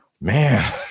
Man